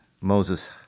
Moses